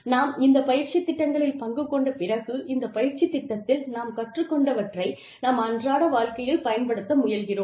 நாம் இந்த பயிற்சி திட்டங்களில் பங்கு கொண்ட பிறகு இந்த பயிற்சி திட்டத்தில் நாம் கற்றுக் கொண்டவற்றை நம் அன்றாட வாழ்க்கையில் பயன்படுத்த முயல்கிறோம்